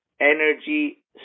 energy